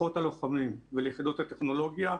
לכוחות הלוחמים וליחידות הטכנולוגיה,